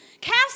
cast